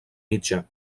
mitjà